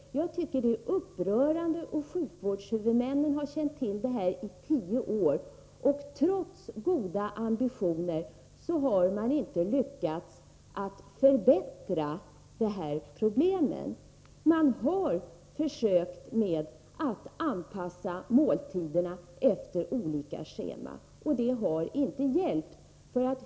Jag tycker detta är upprörande. Sjukvårdshuvudmännen har känt till detta i tio år men trots goda ambitioner inte lyckats förbättra förhållandena. Man har försökt att anpassa måltiderna efter olika scheman, men det har inte hjälpt.